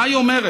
מה היא אומרת?